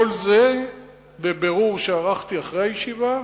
כל זה בבירור שערכתי אחרי הישיבה,